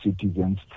citizens